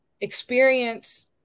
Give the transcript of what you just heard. experience